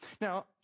Now